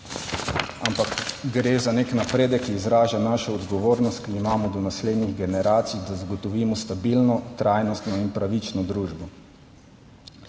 ampak gre za nek napredek, ki izraža našo odgovornost, ki jo imamo do naslednjih generacij, da zagotovimo stabilno, trajnostno in pravično družbo.